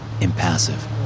impassive